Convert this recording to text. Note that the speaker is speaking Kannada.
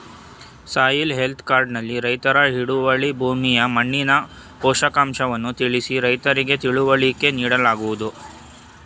ಸಾಯಿಲ್ ಹೆಲ್ತ್ ಕಾರ್ಡ್ ನಲ್ಲಿ ರೈತರ ಹಿಡುವಳಿ ಭೂಮಿಯ ಮಣ್ಣಿನ ಪೋಷಕಾಂಶವನ್ನು ತಿಳಿಸಿ ರೈತರಿಗೆ ತಿಳುವಳಿಕೆ ನೀಡಲಾಗುವುದು